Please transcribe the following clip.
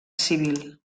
civil